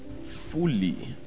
fully